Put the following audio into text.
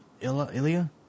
Ilya